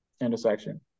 intersection